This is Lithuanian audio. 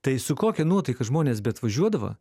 tai su kokia nuotaika žmonės beatvažiuodavo